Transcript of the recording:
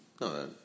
No